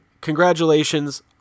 congratulations